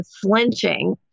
flinching